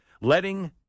letting